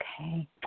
okay